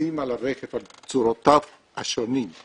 במסים על הרכב על צורותיו השונות,